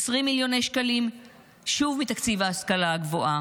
20 מיליון שקלים שוב מתקציב ההשכלה הגבוהה,